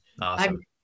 Awesome